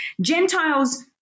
Gentiles